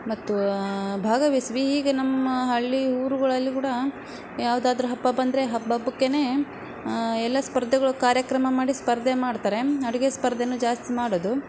ಮತ್ತು ಭಾಗವಹಿಸೀವಿ ಈಗ ನಮ್ಮ ಹಳ್ಳಿ ಊರುಗಳಲ್ಲಿ ಕೂಡ ಯಾವುದಾದ್ರೂ ಹಬ್ಬ ಬಂದರೆ ಹಬ್ಬ ಹಬ್ಬಕ್ಕೇ ಎಲ್ಲ ಸ್ಪರ್ಧೆಗಳು ಕಾರ್ಯಕ್ರಮ ಮಾಡಿ ಸ್ಪರ್ಧೆ ಮಾಡ್ತಾರೆ ಅಡುಗೆ ಸ್ಪರ್ಧೆನೇ ಜಾಸ್ತಿ ಮಾಡೋದು